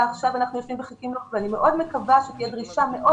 אנחנו יושבים ומחכים לו ואני מאוד מקווה שתהיה דרישה מאוד